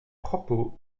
propos